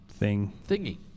thingy